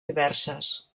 diverses